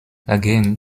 again